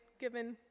given